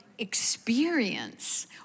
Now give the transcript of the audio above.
experience